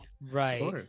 Right